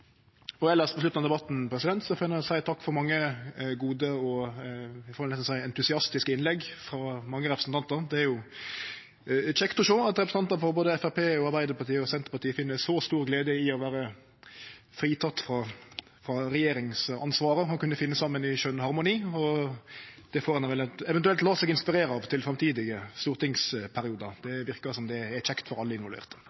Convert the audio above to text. seie takk for mange gode og eg får nesten seie entusiastiske innlegg frå mange representantar. Det er kjekt å sjå at representantar frå både Framstegspartiet, Arbeidarpartiet og Senterpartiet finn så stor glede i å vere fritekne frå regjeringsansvaret og kunne finne saman i skjøn harmoni. Det får ein vel eventuelt late seg inspirere av til framtidige stortingsperiodar